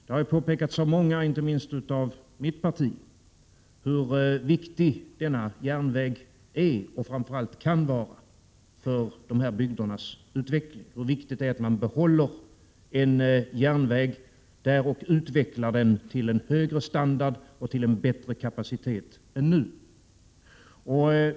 Inte minst från vpk har det framhållits många gånger hur viktig denna järnväg är, och framför allt skulle kunna vara, för dessa bygders utveckling, och hur viktigt det är att man behåller en järnväg där och utvecklar den, så att järnvägen får en högre standard och en bättre kapacitet än vad den nu har.